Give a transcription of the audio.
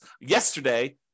yesterday